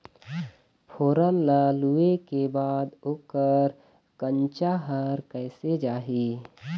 फोरन ला लुए के बाद ओकर कंनचा हर कैसे जाही?